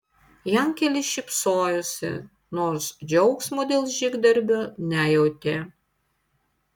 jankelis šypsojosi nors džiaugsmo dėl žygdarbio nejautė